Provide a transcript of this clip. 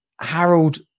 Harold